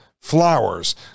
flowers